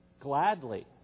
Gladly